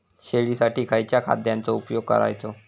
शेळीसाठी खयच्या खाद्यांचो उपयोग करायचो?